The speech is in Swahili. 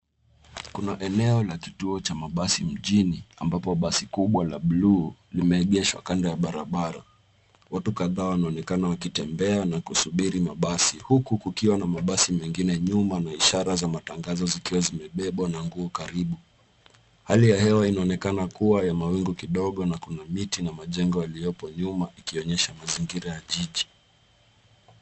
Kuna eneo la kituo cha mabasi mjini ambapo basi kubwa la buluu limeegeshwa kando ya barabara. Watu kadhaa wanaonekana wakitembea na kusubiri mabasi huku kukiwa na mabasi mengine nyuma na ishara za matangazo zikiwa zimebebwa na nguo karibu. Hali ya hewa inaonekana kuwa mawingu kidogo na miti na majengo yaliyopo nyuma ikionyesha mazingira ya jiji.